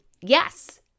Yes